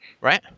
Right